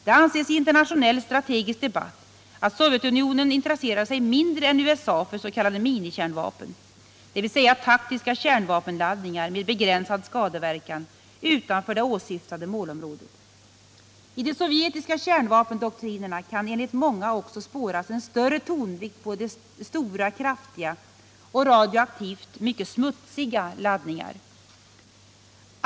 Det anses i internationell strategisk debatt att Sovjetunionen intresserar sig mindre än USA för s.k. minikärnvapen, dvs. taktiska kärnvapenladdningar med begränsad skadeverkan utanför det åsyftade målområdet. I de sovjetiska kärnvapendoktrinerna kan enligt många också spåras en större tonvikt på stora, kraftiga — och radioaktivt mycket ”smutsiga” — laddningar.